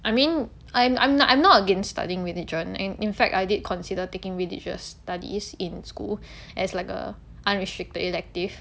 I mean I'm I'm n~ I'm not against studying religion and in fact I did consider taking religious studies in school as like a unrestricted elective